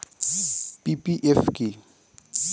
PPF কি?